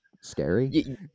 scary